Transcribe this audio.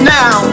now